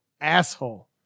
asshole